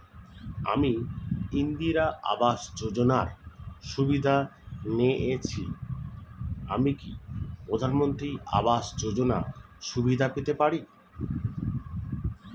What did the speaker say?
আমি ইন্দিরা আবাস যোজনার সুবিধা নেয়েছি আমি কি প্রধানমন্ত্রী আবাস যোজনা সুবিধা পেতে পারি?